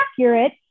accurate